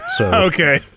Okay